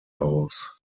aus